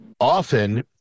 often